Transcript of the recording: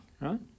right